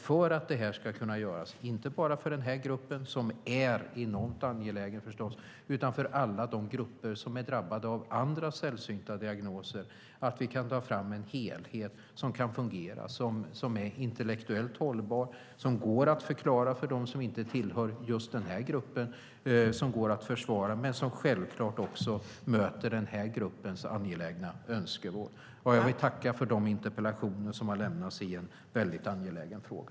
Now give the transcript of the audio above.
För att det ska kunna göras, inte bara för denna grupp, som är enormt angelägen, utan för alla de grupper som är drabbade av andra sällsynta diagnoser är det viktigt att vi kan ta fram en helhet som fungerar, som är intellektuellt hållbar, som går att förklara för dem som inte tillhör just den gruppen och som går att försvara samt självfallet också möter den här gruppens angelägna önskemål. Jag vill tacka för de interpellationer som framställts i en mycket angelägen fråga.